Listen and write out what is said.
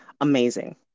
amazing